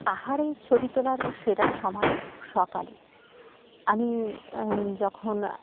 পাহাড়ে ছবি তোলার সেরা সময় সকালে আমি যখন